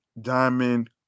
Diamond